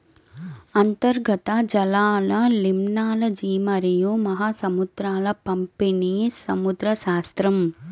అంతర్గత జలాలలిమ్నాలజీమరియు మహాసముద్రాల పంపిణీసముద్రశాస్త్రం